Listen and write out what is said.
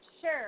Sure